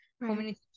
community